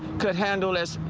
could handle us